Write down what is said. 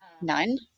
none